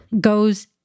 goes